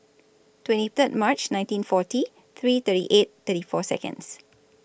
twenty Third March nineteen forty three thirty eight thirty four Seconds